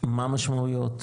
מה המשמעויות,